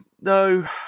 no